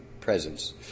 presence